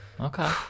Okay